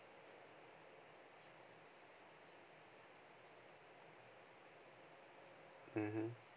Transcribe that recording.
mmhmm